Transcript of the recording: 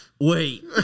wait